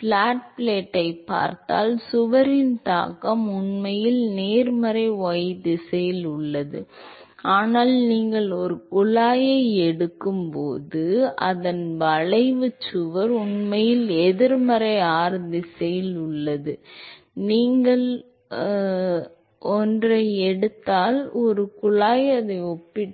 plot பிளேட்டைப் பார்த்தால் சுவரின் தாக்கம் உண்மையில் நேர்மறை y திசையில் உள்ளது ஆனால் நீங்கள் ஒரு குழாயை எடுக்கும்போது அதன் விளைவு சுவர் உண்மையில் எதிர்மறை r திசையில் உள்ளது நீங்கள் ஒரு எடுத்து என்றால் நினைவில் ஒரு குழாய் அதை ஒப்பிட்டு